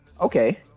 Okay